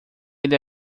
ele